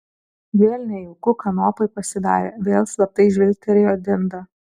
vėl nejauku kanopai pasidarė vėl slaptai žvilgterėjo dindą